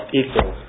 equal